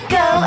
go